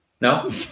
no